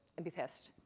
and be pissed,